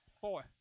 Four